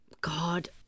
God